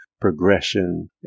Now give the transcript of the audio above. progression